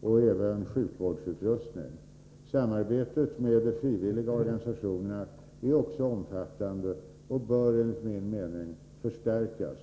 och även sjukvårdsutrustning kommer fram. Samarbetet med de frivilliga organisationerna är också omfattande och bör enligt min mening förstärkas.